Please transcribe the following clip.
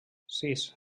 sis